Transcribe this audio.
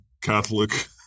catholic